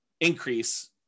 increase